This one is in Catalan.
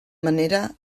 manera